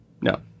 No